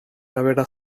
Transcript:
nevada